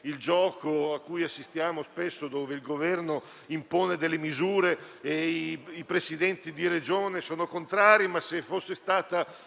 Il gioco a cui assistiamo spesso, nel quale il Governo impone delle misure e i Presidenti di Regione sono contrari, ma se fosse stata